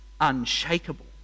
unshakable